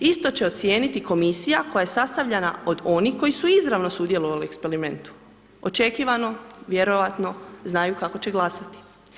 Isto će ocijeniti Komisija koja je sastavljana od onih koji su izravno sudjelovali u eksperimentu, očekivano, vjerojatno znaju kako će glasati.